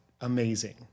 amazing